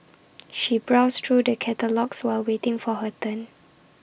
she browsed through the catalogues while waiting for her turn